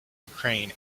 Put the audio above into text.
ukraine